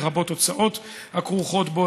לרבות הוצאות הכרוכות בו,